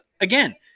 again